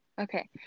Okay